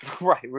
right